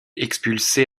expulsés